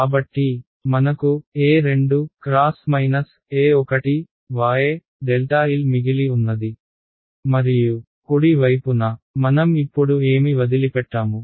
కాబట్టి మనకు x y l మిగిలి ఉన్నది మరియు కుడి వైపున మనం ఇప్పుడు ఏమి వదిలిపెట్టాము